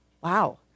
Wow